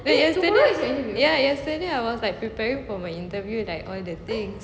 like yesterday ya ya yesterday I was preparing for my interview like all the things